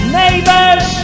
neighbors